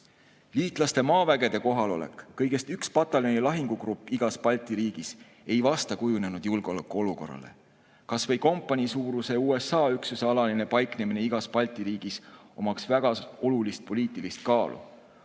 Liitlaste maaväe kohalolek kõigest ühe pataljoni ja lahingugrupina igas Balti riigis ei vasta kujunenud julgeolekuolukorrale. Kas või kompaniisuuruse USA üksuse alaline paiknemine igas Balti riigis oleks väga olulise poliitilise kaaluga.